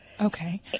Okay